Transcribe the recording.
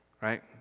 right